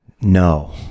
No